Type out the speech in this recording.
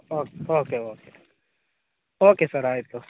oak okay okay okay sir ಆಯಿತು